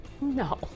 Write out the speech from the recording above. No